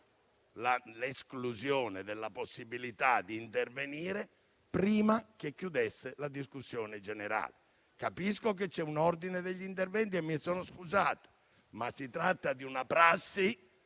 l'esclusione della possibilità di intervenire prima che chiudesse la discussione generale. Capisco che c'è un ordine degli interventi e mi sono scusato, ma si tratta di una prassi